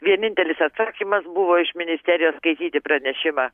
vienintelis atsakymas buvo iš ministerijos skaityti pranešimą